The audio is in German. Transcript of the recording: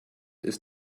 ist